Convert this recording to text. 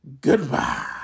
Goodbye